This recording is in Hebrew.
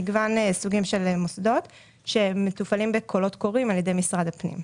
מגוון סוגים של מוסדות שהם מתופעלים בקולות קוראים על ידי משרד הפנים.